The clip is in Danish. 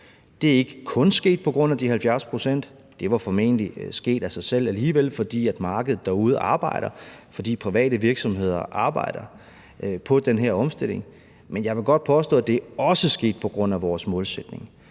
Det er ikke kun sket på grund af de 70 pct.; det var formentlig sket af sig selv alligevel, fordi markedet derude arbejder, fordi private virksomheder arbejder på den her omstilling. Men jeg vil godt påstå, at det også er sket på grund af vores målsætning,